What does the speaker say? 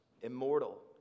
immortal